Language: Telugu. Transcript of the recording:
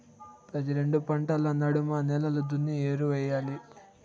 ప్రతి రెండు పంటల నడమ నేలలు దున్ని ఎరువెయ్యాలి